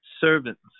servants